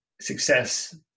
success